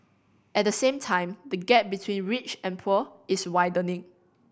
at the same time the gap between rich and poor is widening